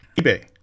eBay